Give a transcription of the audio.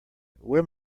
where